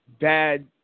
bad